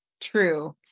true